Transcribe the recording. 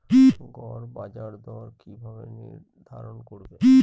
গড় বাজার দর কিভাবে নির্ধারণ করব?